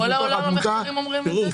בכל העולם המחקרים מראים את זה?